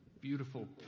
beautiful